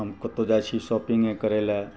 हम कतहु जाइ छी शॉपिंगे करय लए